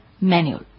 manual